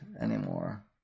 anymore